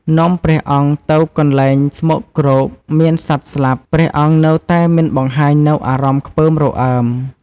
នាំព្រះអង្គទៅកន្លែងស្មោកគ្រោក មានសត្វស្លាប់ ព្រះអង្គនៅតែមិនបង្ហាញនូវអារម្មណ៍ខ្ពើមរអើម។